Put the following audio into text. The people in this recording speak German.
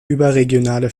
überregionale